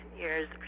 years